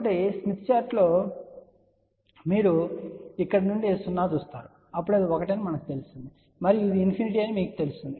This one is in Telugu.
కాబట్టి ఈ స్మిత్ చార్టులో మీరు ఇక్కడ నుండి 0 చూస్తారు అప్పుడు అది 1 అని మీకు తెలుస్తుంది మరియు ఇది ఇన్ఫినిటీ అని మీకు తెలుస్తుంది